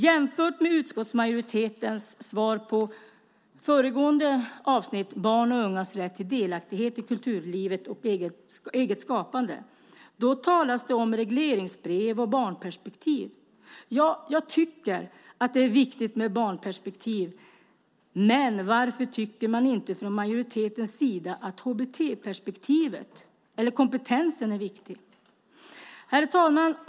Jämför med utskottsmajoritetens svar på föregående avsnitt om barns och ungas rätt till delaktighet i kulturlivet och till eget skapande! Då talas det om regleringsbrev och barnperspektiv. Ja, jag tycker att det är viktigt med barnperspektiv. Men varför tycker man inte från majoritetens sida att HBT-perspektivet eller HBT-kompetensen är viktig? Herr talman!